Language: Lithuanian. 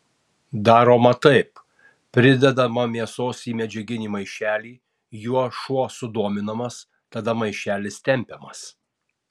daroma taip pridedama mėsos į medžiaginį maišelį juo šuo sudominamas tada maišelis tempiamas